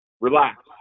relax